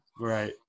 Right